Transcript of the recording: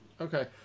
Okay